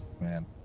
man